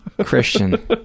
Christian